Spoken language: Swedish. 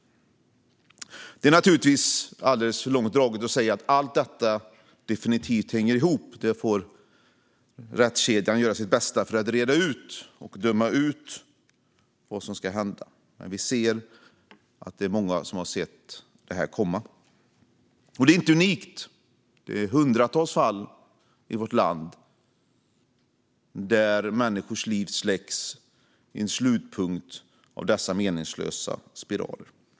Det är naturligtvis att dra det alldeles för långt att säga att allt detta definitivt hänger ihop. Rättskedjan får göra sitt bästa för att reda ut detta och bedöma vad som ska hända. Men vi ser att många har sett detta komma. Och det är inte unikt. I hundratals fall i vårt land släcks människors liv i en slutpunkt för dessa meningslösa spiraler.